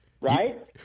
Right